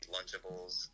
Lunchables